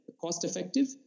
cost-effective